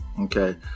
Okay